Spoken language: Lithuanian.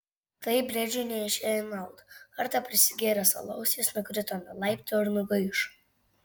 tai briedžiui neišėjo į naudą kartą prisigėręs alaus jis nukrito nuo laiptų ir nugaišo